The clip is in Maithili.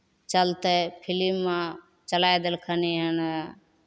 चलतै फिलिममे चलाए देलकै हन आ